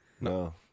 No